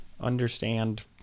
understand